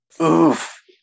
Oof